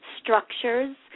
structures